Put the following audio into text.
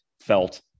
felt